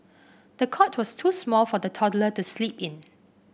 the cot was too small for the toddler to sleep in